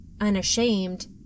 unashamed